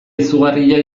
izugarria